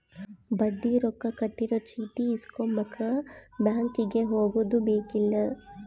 ಬಡ್ಡಿ ರೊಕ್ಕ ಕಟ್ಟಿರೊ ಚೀಟಿ ಇಸ್ಕೊಂಬಕ ಬ್ಯಾಂಕಿಗೆ ಹೊಗದುಬೆಕ್ಕಿಲ್ಲ